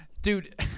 Dude